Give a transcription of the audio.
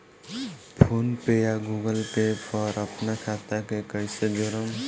PhonePe या Google Pay पर अपना खाता के कईसे जोड़म?